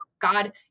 God